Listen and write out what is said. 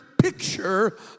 picture